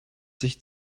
sich